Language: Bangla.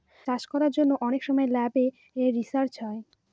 চাষ করার জন্য অনেক সব ল্যাবে রিসার্চ হয়